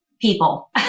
people